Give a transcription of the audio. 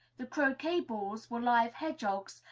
the croquet balls were live hedgehogs,